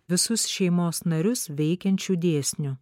visus šeimos narius veikiančių dėsnių